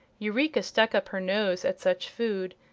eureka stuck up her nose at such food,